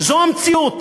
זאת המציאות.